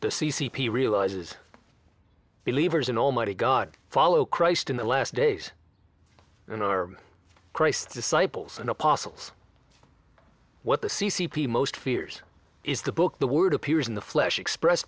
the c c p realizes believers in almighty god follow christ in the last days and are christ's disciples and apostles what the c c p most fears is the book the word appears in the flesh express